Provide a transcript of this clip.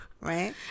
right